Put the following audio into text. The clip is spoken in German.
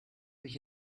mich